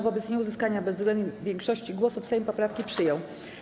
Wobec nieuzyskania bezwzględnej większości głosów Sejm poprawki przyjął.